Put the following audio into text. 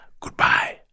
Goodbye